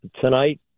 tonight